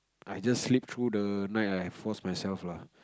I just sleep through the night ah I force myself lah